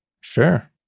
Sure